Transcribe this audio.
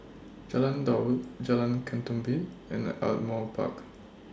Jalan Daud Jalan Ketumbit and Ardmore Park